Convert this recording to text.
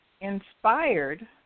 inspired